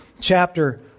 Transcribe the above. chapter